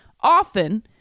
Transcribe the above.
often